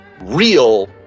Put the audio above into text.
real